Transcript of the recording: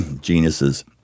geniuses